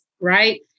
right